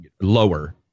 lower